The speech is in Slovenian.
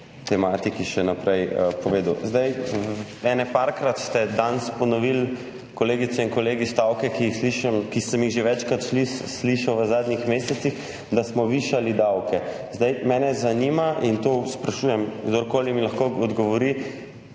tematiki še povedal. Nekajkrat ste danes ponovili, kolegice in kolegi, stavke, ki sem jih že večkrat sli slišal v zadnjih mesecih – da smo višali davke. Mene zanima in sprašujem, kdorkoli mi lahko odgovori